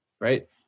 right